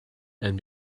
and